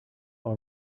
all